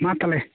ᱢᱟ ᱛᱟᱦᱚᱞᱮ